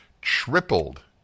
tripled